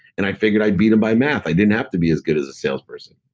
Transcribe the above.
and i figured i'd beat them by math. i didn't have to be as good as a salesperson